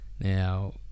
Now